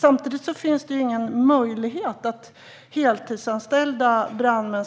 Samtidigt är det inte möjligt att ha heltidsanställda brandmän